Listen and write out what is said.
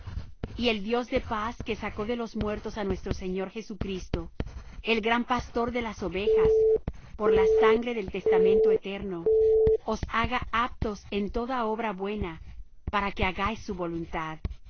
y el dios de paz que sacó de los muertos á nuestro señor jesucristo el gran pastor de las ovejas por la sangre del testamento eterno os haga aptos en toda obra buena para que hagáis su voluntad